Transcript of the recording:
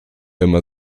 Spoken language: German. immer